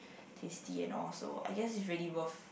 tasty and all so I guess is really worth